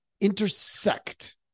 intersect